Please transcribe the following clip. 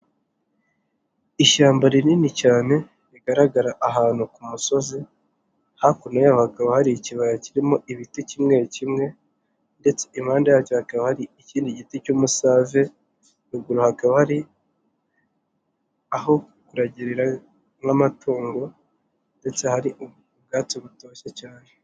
ishyamba rinini cyane rigaragara ahantu ku musozi, hakuno yaho hakaba hari ikibaya kirimo ibiti kimwe kimwe, ndetse impande yacyo hakaba hari ikindi giti cy'umusave, ruguru hakaba hari aho kuragirira nk'amatungo ,ndetse hari ubwatsi butoshye cyane.